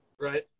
Right